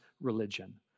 religion